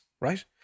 right